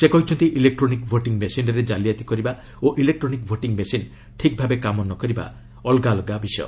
ସେ କହିଛନ୍ତି electronic voting ମେସିନ୍ରେ ଜାଲିଆତି କରିବା ଓ ଇଲେକ୍କୋନିକ୍ ଭୋଟିଂ ମେସିନ୍ ଠିକ୍ ଭାବେ କାମ ନ କରିବା ପୃଥକ ପୃଥକ ବିଷୟ